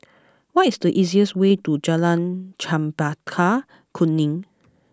what is the easiest way to Jalan Chempaka Kuning